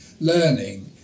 learning